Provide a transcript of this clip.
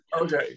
Okay